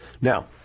Now